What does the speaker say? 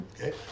Okay